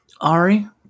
Ari